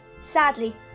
Sadly